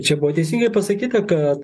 čia buvo teisingai pasakyta kad